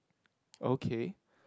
okay